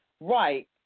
Right